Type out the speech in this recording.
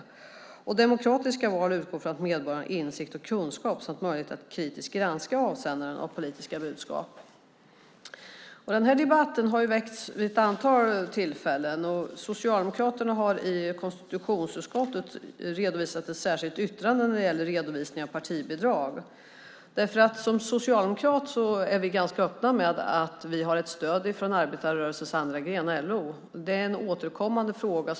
Detta med demokratiska val utgår från att medborgarna har insikt och kunskap samt möjlighet att kritiskt granska avsändaren av politiska budskap. Den här debatten har väckts vid ett antal tillfällen. Socialdemokraterna har i konstitutionsutskottet avlämnat ett särskilt yttrande när det gäller redovisningen av bidrag till partier. Vi socialdemokrater är ganska öppna med att vi har ett stöd från arbetarrörelsens andra gren, LO. Detta är en återkommande fråga.